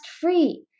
free